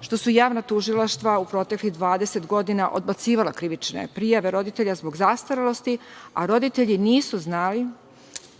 što su javna tužilaštva u proteklih 20 godina odbacivala krivične prijave roditelja zbog zastarelosti, a roditelji nisu znali